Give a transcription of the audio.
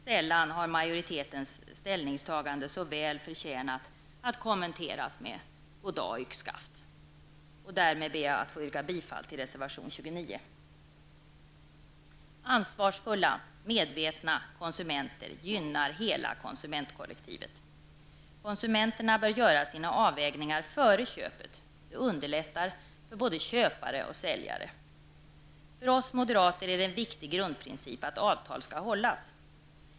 Sällan har majoritetens ställningstagande såväl förtjänat att kommenteras med Goddag Yxskaft! Därmed ber jag att få yrka bifall till reservation 29. Ansvarsfulla, medvetna konsumenter gynnar hela konsumentkollektivet. Konsumenterna bör göra sina avvägningar före köpet. Det underlättar för både köpare och säljare. För oss moderater är det en viktig grundprincip att avtal skall hållas.